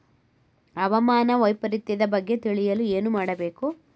ಹವಾಮಾನ ವೈಪರಿತ್ಯದ ಬಗ್ಗೆ ತಿಳಿಯಲು ಏನು ಮಾಡಬೇಕು?